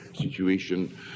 situation